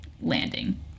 landing